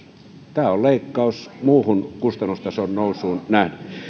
tämä on leikkaus muuhun kustannustason nousuun nähden